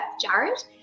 Jared